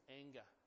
anger